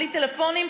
בלי טלפונים,